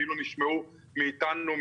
כאילו נשמעו מאיתנו,